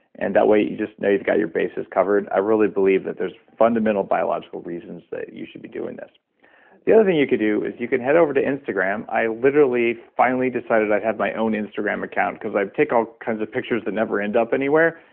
and that way you just know you've got your bases covered. i really believe that there's fundamental biological reasons that you should be doing this the other thing you could do is you could head over to instagram. i literally finally decided i'd have my own instagram account, because i take all kinds of pictures that never end up anywhere.